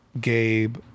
Gabe